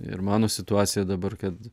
ir mano situacija dabar kad